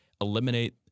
eliminate